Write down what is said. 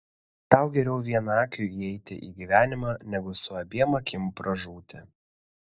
tau geriau vienakiui įeiti į gyvenimą negu su abiem akim pražūti